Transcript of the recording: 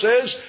says